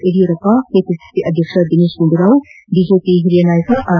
Yediyurappa KPCC ಅಧ್ಯಕ್ಷ Dinesh Gundu Rao BJP ಹಿರಿಯ ಮುಖಂಡ ಆರ್